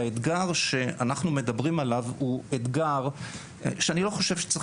והאתגר שאנחנו מדברים עליו הוא אתגר שאני לא חושב שצריך